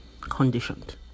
conditioned